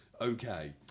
okay